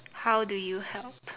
how do you help